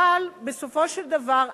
אבל בסופו של דבר,